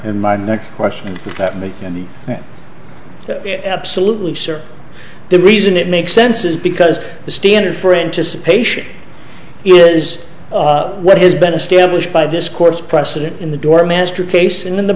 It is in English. and my next question that makes the absolutely sure the reason it makes sense is because the standard for anticipation is what has been established by this court's precedent in the dorm master case and in the